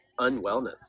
unwellness